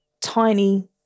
tiny